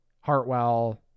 Hartwell